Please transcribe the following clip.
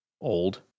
old